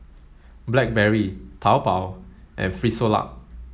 Blackberry Taobao and Frisolac